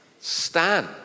stand